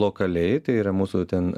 lokaliai tai yra mūsų ten